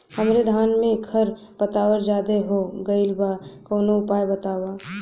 हमरे धान में खर पतवार ज्यादे हो गइल बा कवनो उपाय बतावा?